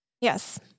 Yes